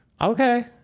Okay